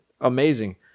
amazing